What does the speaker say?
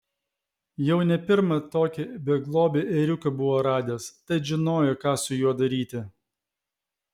jau ne pirmą tokį beglobį ėriuką buvo radęs tad žinojo ką su juo daryti